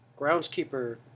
Groundskeeper